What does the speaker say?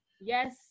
Yes